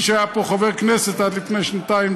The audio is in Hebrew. מי שהיה פה חבר כנסת עד לפני שנתיים,